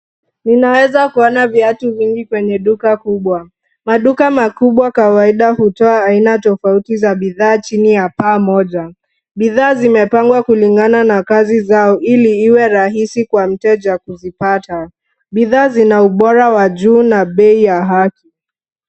Ninaweza kuona viatu vingi kwenye duka kubwa, maduka makubwa kawaida hutoa aina tofauti za bidhaa chini ya paa moja. Bidhaa zimepangwa kulingana na kazi zao ili iwe rahisi kwa mteja kuzipata. Bidhaa zina ubora wa juu na bei ya haki.